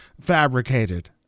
fabricated